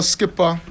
Skipper